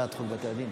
הצעת חוק בתי דין